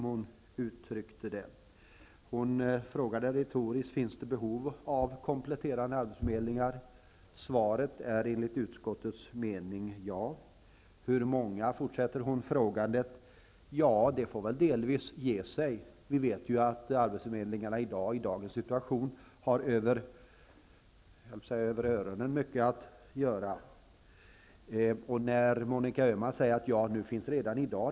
Hon frågade retoriskt om det finns behov av kompletterande arbetsförmedlingar. Svaret är enligt utskottets mening ja. Hon frågade vidare hur många sådana det finns behov av. Det får väl delvis ge sig. Men vi vet ju att arbetsförmedlingarna i dagens situation har upp över öronen mycket att göra. Monica Öhman säger att denna möjlighet finns redan i dag.